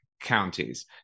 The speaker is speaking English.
counties